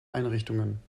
einrichtungen